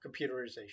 computerization